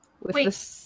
Wait